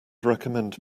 recommend